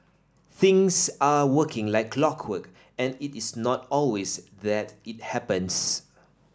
things are working like clockwork and it is not always that it happens